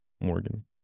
Morgan